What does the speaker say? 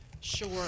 Sure